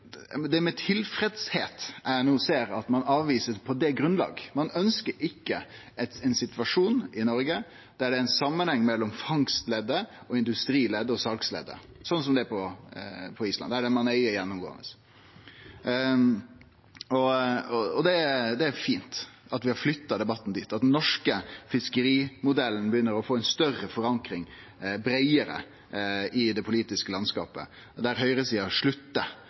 på det grunnlaget. Ein ønskjer ikkje ein situasjon i Noreg der det er ein samanheng mellom fangstleddet og industrileddet og salsleddet, sånn som det er på Island. Det er fint at vi har flytt debatten dit, at den norske fiskerimodellen begynner å få ei større forankring, breiare i det politiske landskapet, og der høgresida